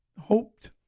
hoped